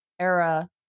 era